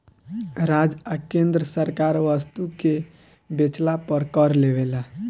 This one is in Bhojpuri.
राज्य आ केंद्र सरकार वस्तु के बेचला पर कर लेवेला